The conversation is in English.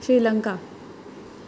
Sri Lanka